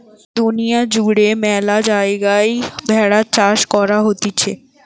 দুনিয়া জুড়ে ম্যালা জায়গায় ভেড়ার চাষ করা হতিছে